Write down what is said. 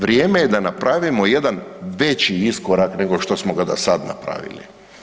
Vrijeme je da napravimo jedan veći iskorak nego što smo ga do sad napravili.